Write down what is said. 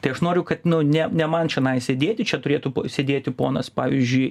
tai aš noriu kad ne ne man čionai sėdėti čia turėtų sėdėti ponas pavyzdžiui